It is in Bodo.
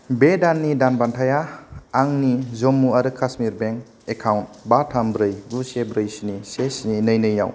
बे दाननि दान बान्थाया आंनि जम्मु आरो कास्मिर बेंक एकाउन्ट बा थाम ब्रै गु से ब्रै स्नि से स्नि नै नै आव